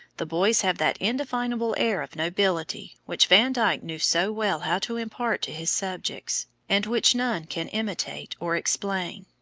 the boys have that indefinable air of nobility which van dyck knew so well how to impart to his subjects, and which none can imitate or explain.